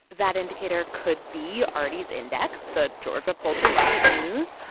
that indicator could be arty's index, the georgia poultry market news.